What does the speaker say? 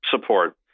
support